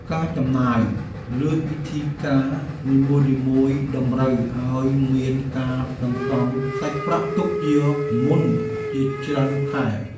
ការចំណាយលើពិធីការនីមួយៗ តម្រូវឱ្យមានការសន្សំសាច់ប្រាក់ទុកជាមុនជាច្រើនខែ។